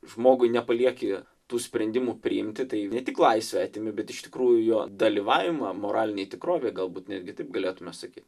žmogui nepalieki tų sprendimų priimti tai ne tik laisvę atimi bet iš tikrųjų jo dalyvavimą moralinėj tikrovė galbūt netgi taip galėtumėme sakyti